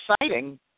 exciting